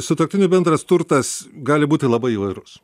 sutuoktinių bendras turtas gali būti labai įvairus